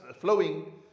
flowing